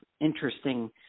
interesting